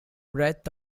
breadth